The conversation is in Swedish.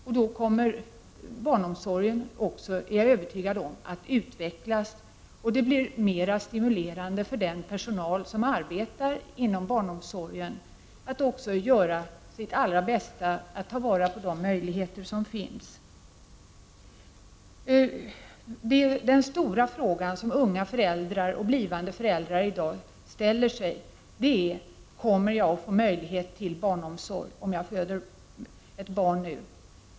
Jag är övertygad om att då kommer barnomsorgen att utvecklas och att det blir mera stimulerande för den personal som arbetar inom barnomsorgen att göra sitt allra bästa för att ta vara på de möjligheter som finns. Den stora frågan som unga föräldrar och blivande föräldrar ställer sig är: Kommer jag att få möjlighet till barnomsorg om jag föder ett barn nu?